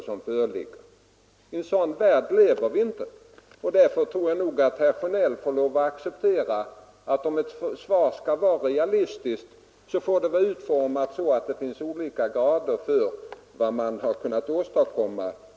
I en sådan värld lever vi inte, och därför tror jag att herr Sjönell får lov att acceptera att ett realistiskt svar måste i relativa värden ange de förbättringar i skydd man har kunnat åstadkomma.